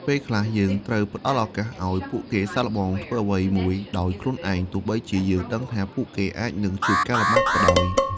ពេលខ្លះ យើងត្រូវផ្តល់ឱកាសឲ្យពួកគេសាកល្បងធ្វើអ្វីមួយដោយខ្លួនឯង ទោះបីជាយើងដឹងថាពួកគេអាចនឹងជួបការលំបាកក៏ដោយ។